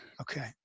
Okay